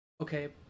Okay